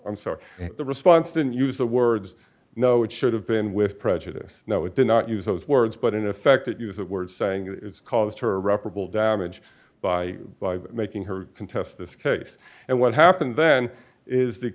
i'm sorry the response didn't use the words no it should have been with prejudice no it did not use those words but in effect it use that word saying it's caused her reparable damage by making her contest this case and what happened then is the